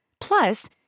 Plus